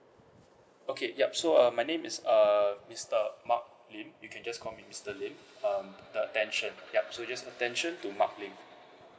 okay yup so uh my name is uh mister mark lim you can just call me mister lim um the attention yup so just attention to mark lim